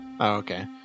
okay